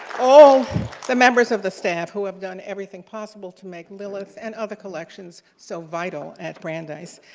all the members of the staff, who have done everything possible to make lilith, and other collections, so vital at brandeis.